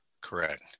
Correct